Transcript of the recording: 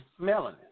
melanin